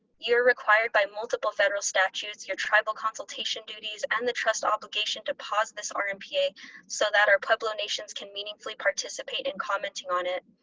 you're required by multiple federal statutes, your tribal consultation duties, and the trust obligation to pause this rmpa so that our pueblo nations can meaningfully participate in commenting on it.